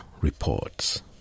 reports